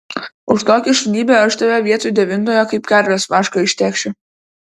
už tokią šunybę aš tave vietoj devintojo kaip karvės vašką ištėkšiu